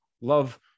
Love